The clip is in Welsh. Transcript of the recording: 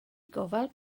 gofal